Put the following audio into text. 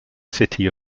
city